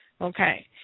Okay